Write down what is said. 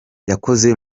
yakoze